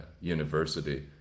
university